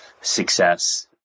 success